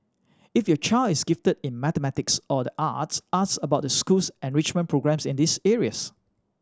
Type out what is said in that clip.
if your child is gifted in mathematics or the arts ask about the school's enrichment programmes in these areas